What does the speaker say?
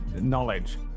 knowledge